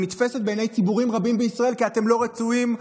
שנתפסת בעיני ציבורים רבים בישראל כך: אתם לא רצויים,